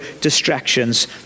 distractions